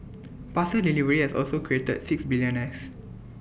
parcel delivery has also created six billionaires